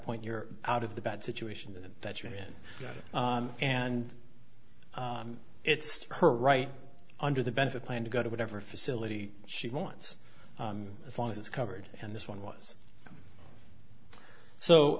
point you're out of the bad situation that you're in and it's her right under the benefit plan to go to whatever facility she wants as long as it's covered and this one was so